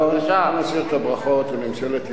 בואו נשאיר את הברכות לממשלת ישראל,